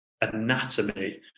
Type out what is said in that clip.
anatomy